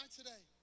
today